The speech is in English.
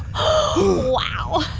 oof wow